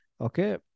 Okay